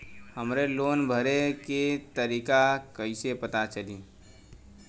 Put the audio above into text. हमरे लोन भरे के तारीख कईसे पता चली?